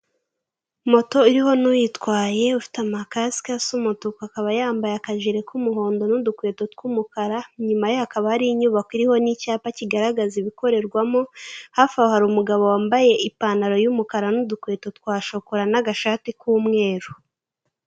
Moto iriho nuyitwaye, ufite amakasike asa umutuku akaba yambaye akajire kumuhondo n'udukweto tw'umukara, inyuma ye hakaba hari inyubako iriho n'icyapa kigaragaza ibikorerwamo, hafi aho hari umugabo wambaye ipantaro y'umukara n'udukweto twa shokora n'agashati k'umweru.